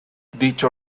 dicho